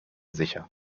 sicher